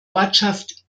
ortschaft